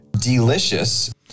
Delicious